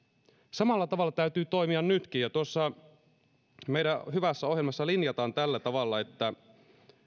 samalla tavalla täytyy toimia nytkin tuossa meidän hyvässä ohjelmassamme linjataan tällä tavalla että